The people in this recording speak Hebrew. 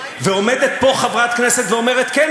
ועומדת פה חברת כנסת ואומרת: כן,